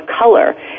color